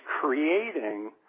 creating